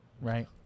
right